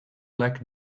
black